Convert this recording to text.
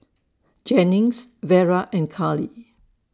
Jennings Vera and Carly